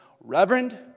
Reverend